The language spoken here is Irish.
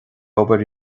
obair